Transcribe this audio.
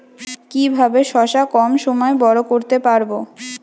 কিভাবে শশা কম সময়ে বড় করতে পারব?